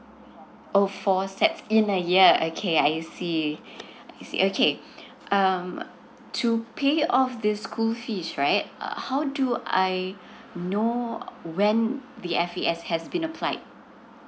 oh four sets in a year okay I see I see okay um to pay off this school fees right uh how do I know when the F A S has been applied